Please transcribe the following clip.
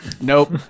Nope